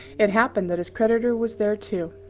it happened that his creditor was there too.